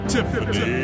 Tiffany